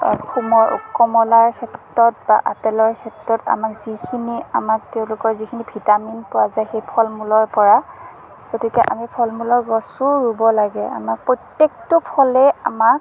sum কমলাৰ ক্ষেত্ৰত বা আপেলৰ ক্ষেত্ৰত আমাক যিখিনি আমাক তেওঁলোকৰ যিখিনি ভিটামিন পোৱা যায় সেই ফল মূলৰ পৰা গতিকে আমি ফল মূলৰ গছোঁ ৰুব লাগে আমাক প্ৰত্যেকটো ফলেই আমাক